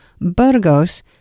Burgos